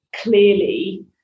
clearly